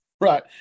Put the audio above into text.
Right